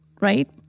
right